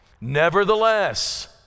Nevertheless